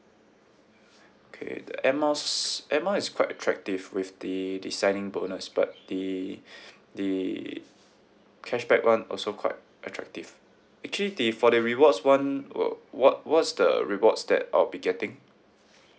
okay the air miles air mile is quite attractive with the the signing bonus but the the cashback [one] also quite attractive actually the for the rewards [one] wha~ what what's the rewards that I'll be getting